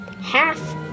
half